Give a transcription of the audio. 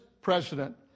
president